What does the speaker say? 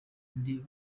ndi